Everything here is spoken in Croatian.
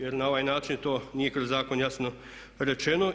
Jer na ovaj način to nije kroz zakon jasno rečeno.